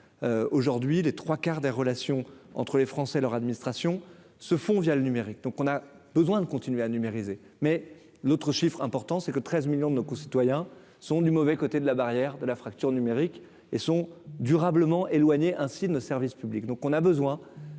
aujourd'hui les 3 quarts des relations entre les Français et leur administration se font via le numérique, donc on a besoin de continuer à numériser mais l'autre chiffre important, c'est que 13 millions de nos concitoyens sont du mauvais côté de la barrière de la fracture numérique et sont durablement éloignés, ainsi, de nos services publics, donc on a besoin